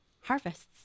harvests